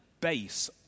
base